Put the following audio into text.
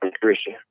Christian